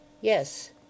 Yes